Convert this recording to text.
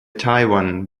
taiwan